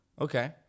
Okay